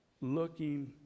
looking